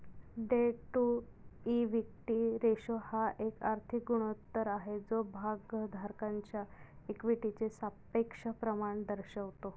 date to equity ratio हा एक आर्थिक गुणोत्तर आहे जो भागधारकांच्या इक्विटीचे सापेक्ष प्रमाण दर्शवतो